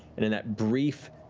and in that brief,